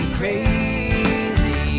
crazy